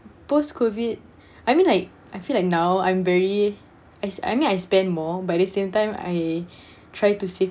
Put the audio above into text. post COVID I mean like I feel like now I'm very I s~ I spend more but at the same time I try to save